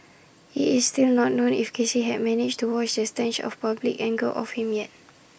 IT is still not known if Casey had managed to wash the stench of public anger off him yet